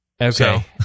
okay